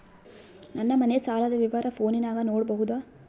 ನನ್ನ ಮನೆ ಸಾಲದ ವಿವರ ಫೋನಿನಾಗ ನೋಡಬೊದ?